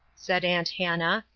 said aunt hannah,